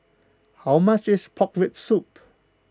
how much is Pork Rib Soup